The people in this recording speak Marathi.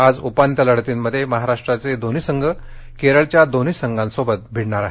आज उपांत्य लढतींमध्ये महाराष्ट्राये दोन्ही संघ केरळच्या दोन्ही संघासोबत भिडणार आहेत